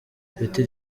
ipeti